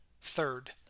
Third